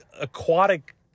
aquatic